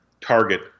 target